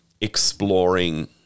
exploring